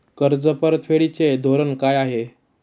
कर्ज परतफेडीचे धोरण काय आहे?